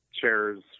chairs